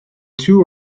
two